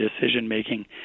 decision-making